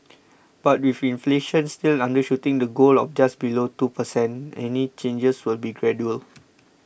but with inflation still undershooting the goal of just below two per cent any changes will be gradual